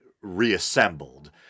reassembled